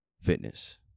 fitness